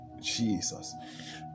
Jesus